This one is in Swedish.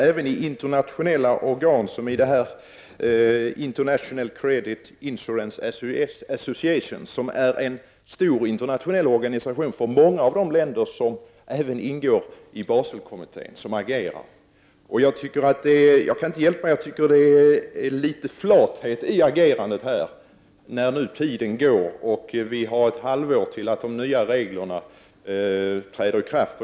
Även internationella organ som International Credit Insurance Association, som är en stor internationell organisation för många av de länder som ingår i Baselkommittén, agerar. Jag kan inte hjälpa att jag tycker att det ligger litet flathet i agerandet. Tiden går och vi har ett halvår på oss tills de nya reglerna träder i kraft.